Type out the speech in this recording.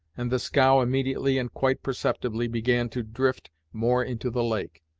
and the scow immediately and quite perceptibly began to drift more into the lake.